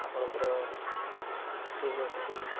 ଆପଣଙ୍କର ଠିକ୍ ଅଛି ଠିକ୍ ଅଛି